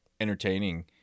entertaining